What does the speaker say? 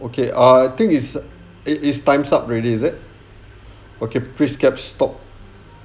okay I think is it is time's up already is it okay please